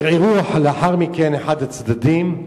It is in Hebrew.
ערער לאחר מכן, אחד הצדדים.